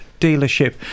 dealership